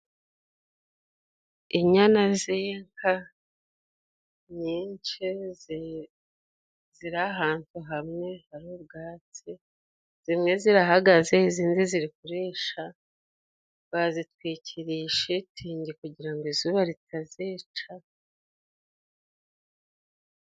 Inyana z'inka nyinshi zi ziri ahantu hamwe hari ubwatsi, zimwe zirahagaze izindi ziri kurisha bazitwikiriye shitingi kugira ngo izuba ritazica.